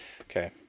Okay